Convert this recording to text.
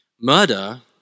murder